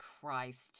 Christ